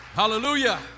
hallelujah